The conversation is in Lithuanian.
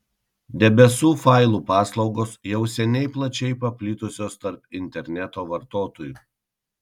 debesų failų paslaugos jau seniai plačiai paplitusios tarp interneto vartotojų